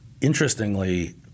interestingly